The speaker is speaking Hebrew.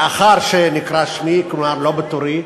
לאחר שנקרא שמי, כלומר, לא בתורי.